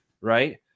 right